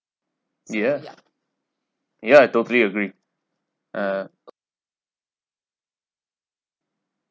ya ya I totally agree ah